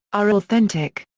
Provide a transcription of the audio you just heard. are authentic.